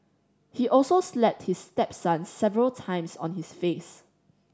he also slapped his stepson several times on his face